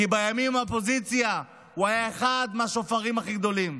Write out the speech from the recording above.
כי בימים של האופוזיציה הוא היה אחד מהשופרות הכי גדולים.